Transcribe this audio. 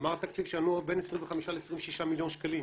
כלומר תקציב שינוע בין 25 ל-26 מיליון שקלים,